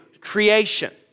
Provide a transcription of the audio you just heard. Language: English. creation